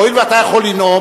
הואיל ואתה יכול לנאום,